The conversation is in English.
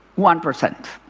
one percent.